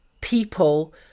people